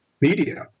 media